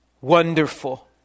Wonderful